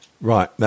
Right